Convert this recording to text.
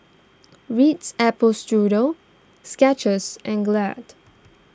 Ritz Apple Strudel Skechers and Glad